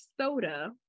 soda